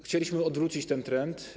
Chcieliśmy odwrócić ten trend.